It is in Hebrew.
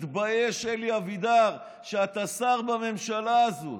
מתבייש, אלי אבידר, שאתה שר בממשלה הזאת.